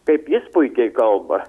kaip jis puikiai kalba